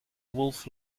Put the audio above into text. wolf